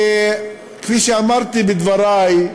שכפי שאמרתי בדברי,